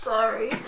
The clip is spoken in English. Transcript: Sorry